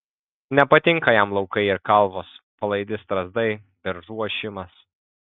nepatinka jam laukai ir kalvos palaidi strazdai beržų ošimas